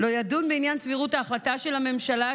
לא ידון בעניין סבירות ההחלטה של הממשלה,